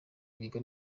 biga